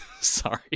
Sorry